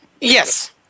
Yes